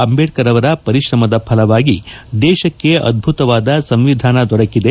ಅಂದೇಡ್ನರ್ ಅವರ ಪರಿಶ್ರಮದ ಫಲವಾಗಿ ದೇಶಕ್ಷಿ ಅದ್ದುತವಾದ ಸಂವಿಧಾನ ದೊರಕಿದೆ